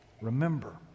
remember